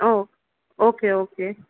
ah okay okay okay